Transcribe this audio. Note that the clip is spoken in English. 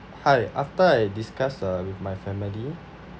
hi after I discussed uh with my family